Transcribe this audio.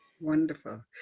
Wonderful